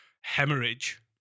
hemorrhage